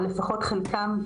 או לפחות חלקם,